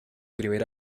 primer